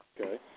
Okay